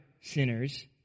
sinners